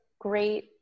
great